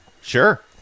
Sure